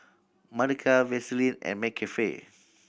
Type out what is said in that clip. Mothercare Vaseline and McCafe